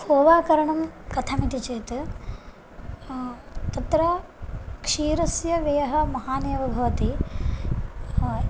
खोवाकरणं कथमिति चेत् तत्र क्षीरस्य व्ययः महानेव भवति